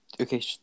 okay